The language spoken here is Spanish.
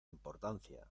importancia